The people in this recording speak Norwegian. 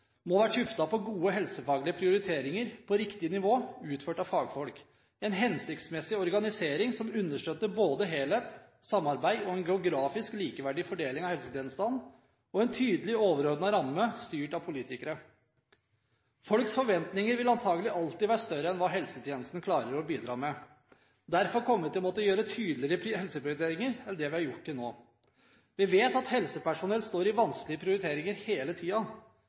må være tuftet på gode helsefaglige prioriteringer på riktig nivå utført av fagfolk, en hensiktsmessig organisering som understøtter både helhet, samarbeid og en geografisk likeverdig fordeling av helsetjenestene, og en tydelig overordnet ramme styrt av politikere. Folks forventninger vil antakelig alltid være større enn hva helsetjenesten klarer å bidra med. Derfor kommer vi til å måtte gjøre tydeligere helseprioriteringer enn det vi har gjort til nå. Vi vet at helsepersonell står i vanskelige prioriteringer hele